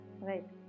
Right